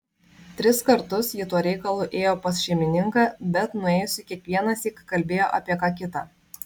tris kartus ji tuo reikalu ėjo pas šeimininką bet nuėjusi kiekvienąsyk kalbėjo apie ką kita